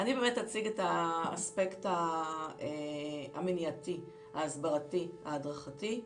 אני אציג את האספקט המניעתי, ההסברתי וההדרכתי.